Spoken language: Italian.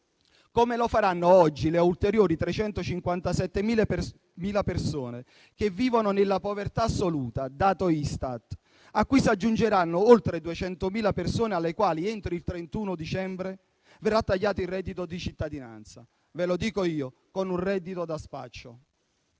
Come lo faranno oggi le ulteriori 357.000 persone che vivono nella povertà assoluta (dato Istat), a cui si aggiungeranno le oltre 200.000 persone alle quali entro il 31 dicembre verrà tagliato il reddito di cittadinanza? Ve lo dico io: con un reddito da spaccio.